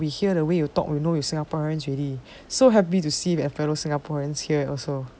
we hear the way you talk we know you singaporeans already so happy to see the fellow singaporeans here also